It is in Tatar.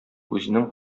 үзенең